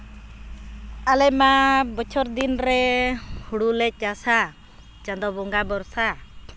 ᱟᱞᱮᱢᱟ ᱵᱚᱪᱷᱚᱨ ᱫᱤᱱ ᱨᱮ ᱦᱩᱲᱩ ᱞᱮ ᱪᱟᱥᱟ ᱪᱟᱸᱫᱚ ᱵᱚᱸᱜᱟ ᱵᱷᱚᱨᱥᱟ